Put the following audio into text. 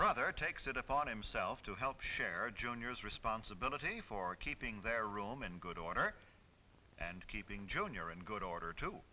rather takes it upon himself to help share junior's responsibility for keeping their room and good order and keeping junior in good order to